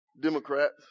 Democrats